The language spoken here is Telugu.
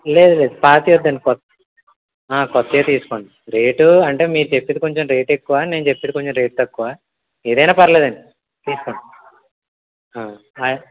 లేదు లేదు పాతవి కొనుకో కొత్త కొత్తవి తీసుకోండి రేటు అంటే మీరు చెప్పేది కొంచెం రేటు ఎక్కువ నేను చెప్పేది కొంచెం రేట్ తక్కువ ఏదన్న పర్లేదు అండి తీసుకోండి